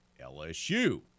LSU